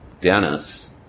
Dennis